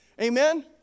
Amen